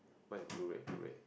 what is blue red blue red